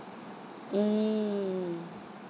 mm